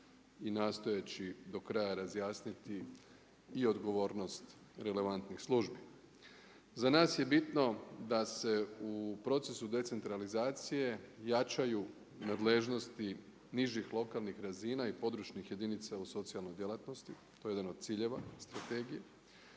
i nastojeći do kraja razjasniti i odgovornost relevantnih službi. Za nas je bitno da se u procesu decentralizacije jačaju nadležnosti nižih lokalnih razina i područnih jedinica u socijalnoj djelatnosti, to je jedan od ciljeva strategije.